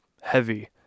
heavy